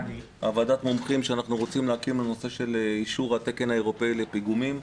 ועדת המומחים שאנחנו רוצים להקים בנושא אישור התקן האירופאי לפיגומים.